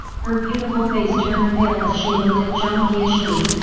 her beautiful face turned pale as she looked at jiang qiushui,